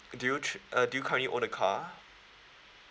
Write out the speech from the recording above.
do you tri~ uh do you currently own the car